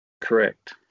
Correct